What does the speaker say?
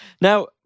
Now